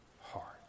heart